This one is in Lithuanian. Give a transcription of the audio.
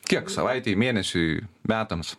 kiek savaitei mėnesiui metams